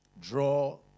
Draw